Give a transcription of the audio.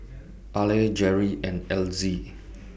Arley Gerry and Elzy